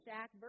Jack